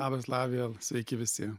labas lavija sveiki visi